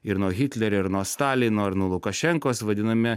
ir nuo hitlerio ir nuo stalino ir nuo lukašenkos vadiname